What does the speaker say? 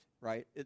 right